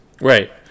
Right